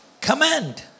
command